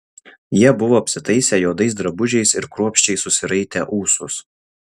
jie buvo apsitaisę juodais drabužiais ir kruopščiai susiraitę ūsus